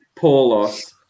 paulos